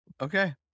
Okay